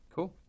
Cool